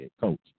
coach